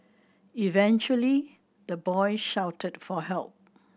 eventually the boy shouted for help